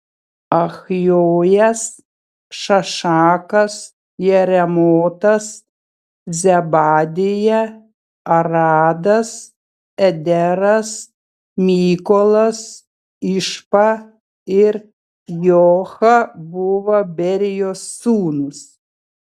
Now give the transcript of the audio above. achjojas šašakas jeremotas zebadija aradas ederas mykolas išpa ir joha buvo berijos sūnūs